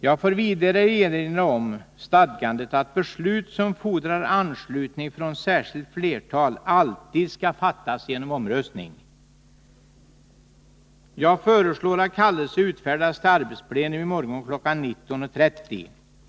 Jag får vidare erinra om stadgandet att beslut som fordrar anslutning från särskilt flertal alltid skall fattas genom omröstning. Jag föreslår att kallelse utfärdas till arbetsplenum den 17 december kl. 19.30.